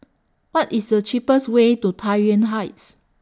What IS The cheapest Way to Tai Yuan Heights